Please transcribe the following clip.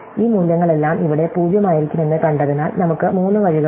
ഈ മൂല്യങ്ങളെല്ലാം ഇവിടെ 0 ആയിരിക്കുമെന്ന് കണ്ടതിനാൽ നമുക്ക് മൂന്ന് വഴികളുണ്ട്